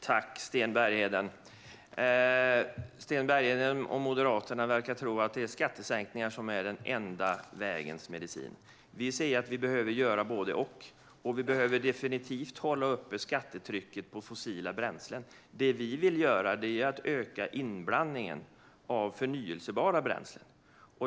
Fru talman! Sten Bergheden och Moderaterna verkar tro att skattesänkningar är den enda vägen. Vi säger att vi behöver göra både och, och vi behöver definitivt hålla uppe skattetrycket på fossila bränslen. Det vi vill göra är att öka inblandningen av förnybara bränslen.